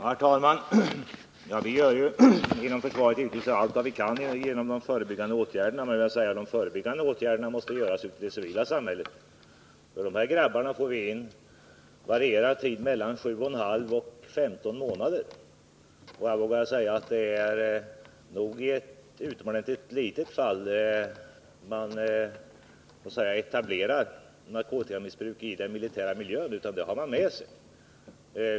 Herr talman! Vi gör inom försvaret givetvis allt vad vi kan i fråga om de förebyggande åtgärderna. Men de förebyggande åtgärderna måste vidtas ute i det civila samhället, för de här grabbarna får vi in under en tid som varierar mellan sju och en halv och femton månader. Jag vågar säga att det är i ett utomordentligt litet antal fall man etablerar narkotikaproblem i den militära miljön — det är i stället någonting som man har med sig.